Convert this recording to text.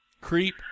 Creep